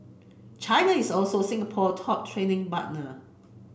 China is also Singapore top trading partner